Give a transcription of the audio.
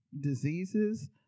diseases